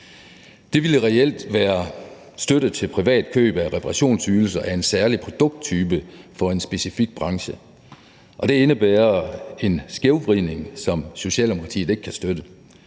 Det ville reelt være støtte til privat køb af reparationsydelser af en særlig produkttype for en specifik branche, og det indebærer en skævvridning, som Socialdemokratiet ikke kan støtte.